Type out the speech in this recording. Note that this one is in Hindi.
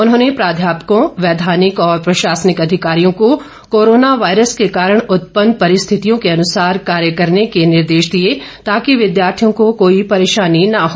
उन्होंने प्राध्यापकों वैधानिक और प्रशासनिक अधिकारियों को कोरोना वायरस के कारण उत्पन्न परिस्थितियों के अनुसार कार्य करने के निर्देश दिए ताकि विद्यार्थियों को कोई परेशानी न हो